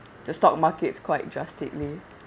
the stock markets quite drastically